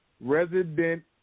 Resident